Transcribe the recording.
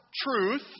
truth